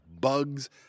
bugs